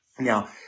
Now